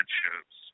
shows